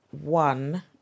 one